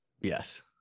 Yes